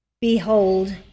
Behold